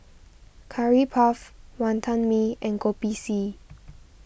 Curry Puff Wonton Mee and Kopi C